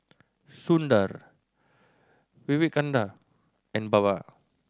Sundar Vivekananda and Baba